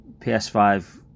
ps5